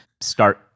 start